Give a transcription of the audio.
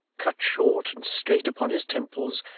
cut short and straight upon his temples,